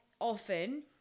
often